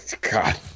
God